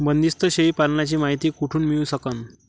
बंदीस्त शेळी पालनाची मायती कुठून मिळू सकन?